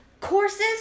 courses